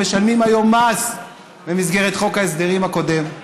שמשלמים היום מס במסגרת חוק ההסדרים הקודם,